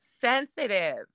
sensitive